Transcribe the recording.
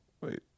wait